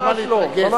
למה להתרגז?